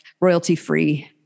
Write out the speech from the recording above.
royalty-free